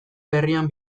berrian